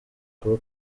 kuba